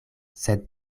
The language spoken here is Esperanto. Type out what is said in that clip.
sed